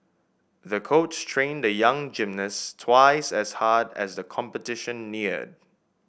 the coach trained the young gymnast twice as hard as the competition neared